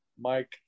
Mike